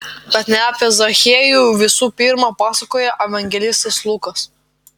bet ne apie zachiejų visų pirma pasakoja evangelistas lukas